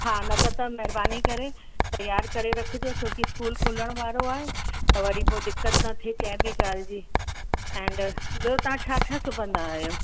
हा न त त महिरबानी करे तयार करे रखिजो छो कि स्कूल खुलण वारो आहे त वरी पोइ दिक़त न थिए कंहिं बि ॻाल्हि जी एंड ॿियो तव्हां छा छा सिबंदा आहियो